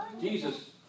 Jesus